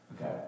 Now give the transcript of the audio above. Okay